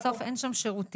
בסוף אין שם שירותים,